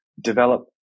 develop